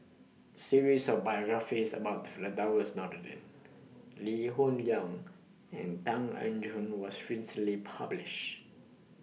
series of biographies about Firdaus Nordin Lee Hoon Leong and Tan Eng Joo was recently published